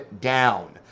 down